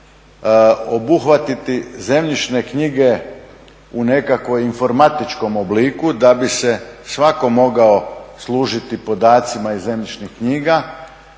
obuhvatiti zemljišne knjige u nekakvom informatičkom obliku da bi se svako mogao služiti podacima iz zemljišnih knjiga.